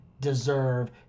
deserve